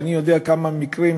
ואני יודע על כמה מקרים,